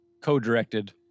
Co-directed